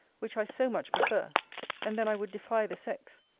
which i so much prefer and then i would defy the sex.